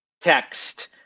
text